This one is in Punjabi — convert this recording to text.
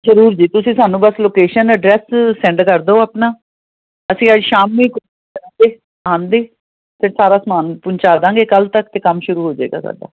ਜ਼ਰੂਰ ਜੀ ਤੁਸੀਂ ਸਾਨੂੰ ਬਸ ਲੋਕੇਸ਼ਨ ਐਡਰੈਸ ਸੈਂਡ ਕਰ ਦਿਓ ਆਪਣਾ ਅਸੀਂ ਅੱਜ ਸ਼ਾਮ ਨੂੰ ਹੀ ਫਿਰ ਸਾਰਾ ਸਮਾਨ ਪਹੁੰਚਾ ਦਾਂਗੇ ਕੱਲ੍ਹ ਤੱਕ 'ਤੇ ਕੰਮ ਸ਼ੁਰੂ ਹੋ ਜਾਏਗਾ ਤੁਹਾਡਾ